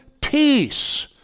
peace